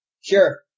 Sure